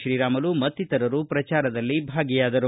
ಶ್ರೀರಾಮುಲು ಮತ್ತಿತರರು ಪ್ರಚಾರದಲ್ಲಿ ಭಾಗಿಯಾದರು